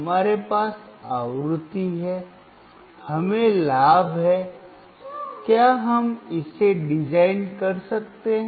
हमारे पास आवृत्ति है हमें लाभ है क्या हम इसे डिजाइन कर सकते हैं